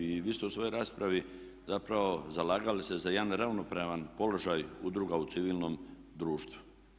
I vi ste u svojoj raspravi zapravo zalagali se za jedan ravnopravan položaj udruga u civilnom društvu.